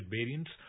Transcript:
variants